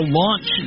launch